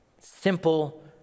Simple